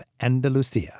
Andalusia